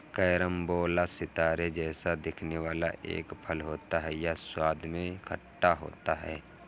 carambola सितारे जैसा दिखने वाला एक फल होता है यह स्वाद में खट्टा होता है